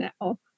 now